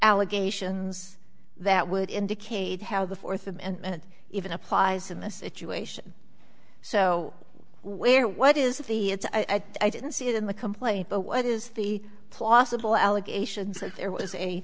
allegations that would indicate how the fourth amendment even applies in this situation so where what is the it's i didn't see it in the complaint but what is the plausible allegations that there was a